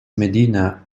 medina